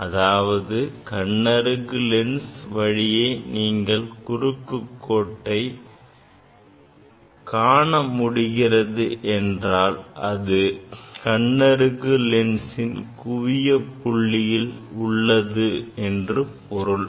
அதாவது கண்ணருகு லென்ஸ் வழியே நீங்கள் குறுக்குக் கோட்டை காண முடிகிறது என்றால் அது கண்ணருகு லென்ஸின் குவியப்புள்ளியில் உள்ளது என்று பொருள்